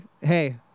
hey